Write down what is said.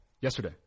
yesterday